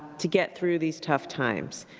to get through these tough times.